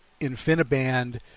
InfiniBand